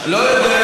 אני לא יודע,